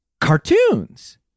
cartoons